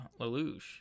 Lelouch